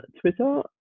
Twitter